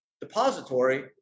depository